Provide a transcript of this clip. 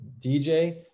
DJ